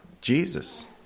Jesus